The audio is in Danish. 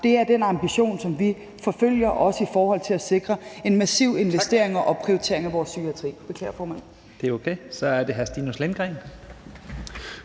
Det er den ambition, som vi forfølger, også i forhold til at sikre en massiv investering i og opprioritering af vores psykiatri. (Første næstformand (Leif Lahn Jensen):